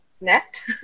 net